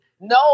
No